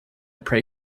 pray